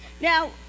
Now